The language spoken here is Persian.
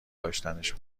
داشتنش